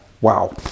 Wow